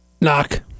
Knock